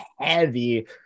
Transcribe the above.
heavy